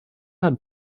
had